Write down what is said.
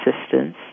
assistance